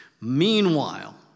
Meanwhile